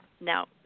Now